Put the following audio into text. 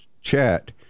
chat